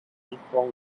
equal